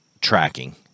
tracking